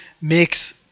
makes